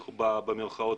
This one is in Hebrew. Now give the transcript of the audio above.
במרכאות,